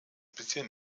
bisher